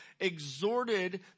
exhorted